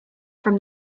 from